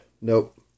nope